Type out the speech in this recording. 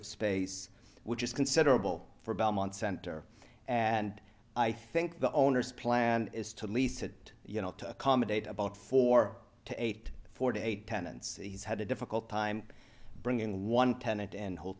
of space which is considerable for belmont center and i think the owners plan is to lease it you know to accommodate about four to eight forty eight tenants he's had a difficult time bringing one tenant and